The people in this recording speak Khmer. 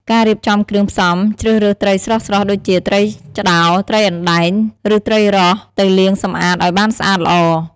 ការរៀបចំគ្រឿងផ្សំជ្រើសរើសត្រីស្រស់ៗដូចជាត្រីឆ្តោរ ត្រីអណ្តែង ឬត្រីរ៉ស់ ទៅលាងសម្អាតឲ្យបានស្អាតល្អ។